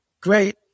great